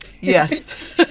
yes